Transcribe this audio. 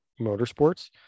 motorsports